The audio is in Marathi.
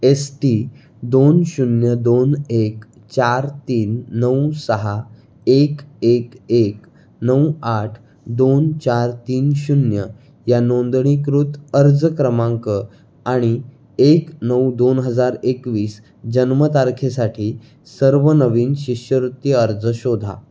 एस टी दोन शून्य दोन एक चार तीन नऊ सहा एक एक नऊ आठ दोन चार तीन शून्य या नोंदणीकृत अर्ज क्रमांक आणि एक नऊ दोन हजार एकवीस जन्मतारखेसाठी सर्व नवीन शिष्यवृत्ती अर्ज शोधा